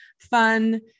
fun